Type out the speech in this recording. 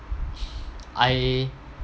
I